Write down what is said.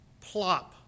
plop